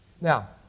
Now